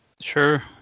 Sure